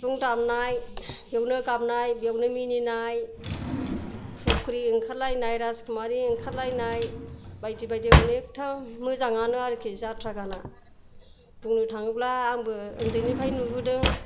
सिफुं दामनाय बेयावनो गाबनाय बेयावनो मिनिनाय सख्रि ओंखारलायनाय राजकुमारि ओंखारलायनाय बायदि बायदि अनेखथार मोजाङानो आरखि जाथ्रा गाना बुंनो थाङोब्ला आंबो उन्दैनिफ्रायनो नुबोदों